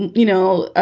you know,